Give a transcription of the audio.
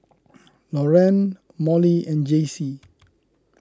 Loren Mollie and Jaycee